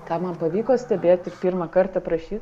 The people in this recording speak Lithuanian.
ką man pavyko stebėt ir pirmąkart aprašyt